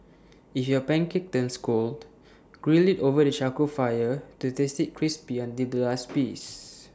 if your pancake turns cold grill IT over the charcoal fire to taste IT crispy until the last piece